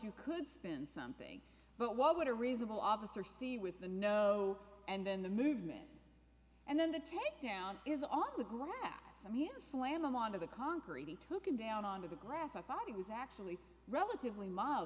you could spin something but why would a reasonable officer see with the no and then the movement and then the takedown is on the grass i mean slam on to the concrete he took him down onto the grass i thought he was actually relatively mild